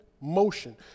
motion